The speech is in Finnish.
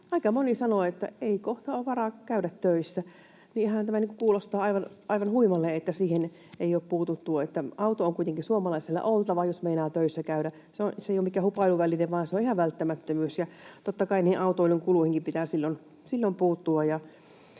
aika moni sanoo, että ei kohta ole varaa käydä töissä. Tämähän nyt kuulostaa aivan huimalta, että siihen ei ole puututtu. Auto on kuitenkin suomalaisella oltava, jos meinaa töissä käydä. Se ei ole mikään hupailuväline, vaan se on ihan välttämättömyys. Totta kai niihin autoilun kuluihin pitää silloin puuttua